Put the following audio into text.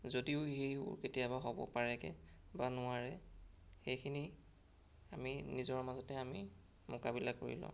যদিও সেই কেতিয়াবা হ'ব পাৰেগে বা নোৱাৰে সেইখিনি আমি নিজৰ মাজতে আমি মোকাবিলা কৰি লওঁ